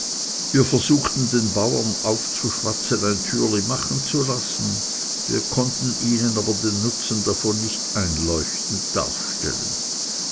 wir versuchten den bauern einzuschwatzen ein türli machen zu lassen wir konnten ihnen aber den nutzen davon nicht einleuchtend darstellen